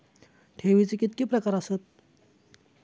ठेवीचे कितके प्रकार आसत?